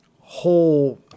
whole